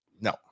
no